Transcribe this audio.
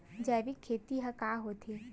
जैविक खेती ह का होथे?